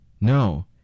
No